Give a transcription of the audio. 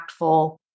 impactful